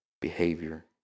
behavior